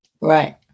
Right